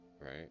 right